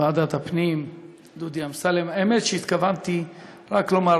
ועדת הפנים דודי אמסלם, האמת, התכוונתי רק לומר